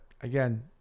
Again